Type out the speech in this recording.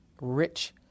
rich